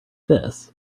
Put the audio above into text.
this